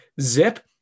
zip